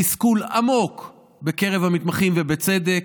יש תסכול עמוק בקרב המתמחים, ובצדק.